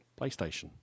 PlayStation